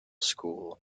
school